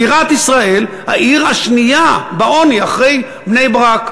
בירת ישראל העיר השנייה בעוני, אחרי בני-ברק.